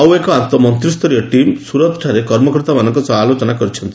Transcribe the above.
ଆଉ ଏକ ଆନ୍ତଃ ମନ୍ତ୍ରୀୟ ଟିମ୍ ସୁରତଠାରେ କର୍ମକର୍ତ୍ତାମାନଙ୍କ ସହ ଆଲୋଚନା କରିଛନ୍ତି